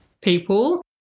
people